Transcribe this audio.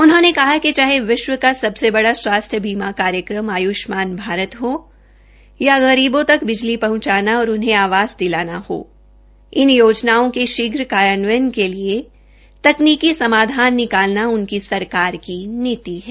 उन्होंने कहा कि चाहे विश्व का सबसे बड़ा स्वास्थ्य बीमा कार्यकम आय्ष्मान भारत हो या गरीबों तक बिजली पहुंचाना और उन्हे आवास दिलाना हो इन योजनाओं के शीघ्र कार्यान्वयन के लिए तकनीकी समाधान निकालना उनकी सरकार की नीति है